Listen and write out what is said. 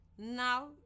Now